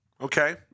okay